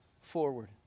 forward